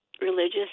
religious